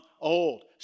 old